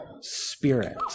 spirit